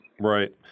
Right